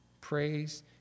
praise